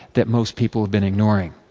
that most people have been ignoring.